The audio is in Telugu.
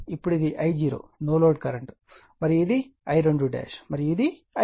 ఇప్పుడు ఇది I0 నో లోడ్ కరెంట్ మరియు ఇది I2మరియు ఇది I1